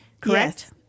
Correct